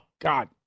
God